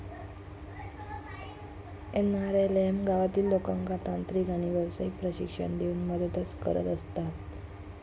NRLM गावातील लोकांका तांत्रिक आणि व्यावसायिक प्रशिक्षण देऊन मदतच करत असता